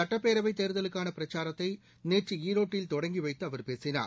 சுட்டப்பேரவைத் தேர்தலுக்கானபிரச்சாரத்தைநேற்றுஈரோட்டில் தொடங்கிவைத்துஅவர் பேசினார்